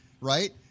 right